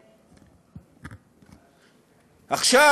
עכשיו,